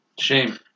Shame